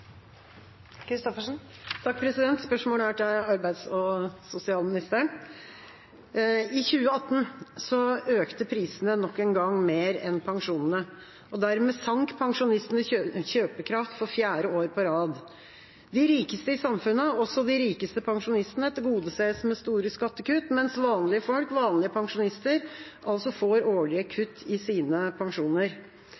Spørsmålet er til arbeids- og sosialministeren. I 2018 økte prisene nok en gang mer enn pensjonene, og dermed sank pensjonistenes kjøpekraft for fjerde år på rad. De rikeste i samfunnet, også de rikeste pensjonistene, tilgodeses med store skattekutt, mens vanlige folk, vanlige pensjonister, altså får årlige